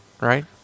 right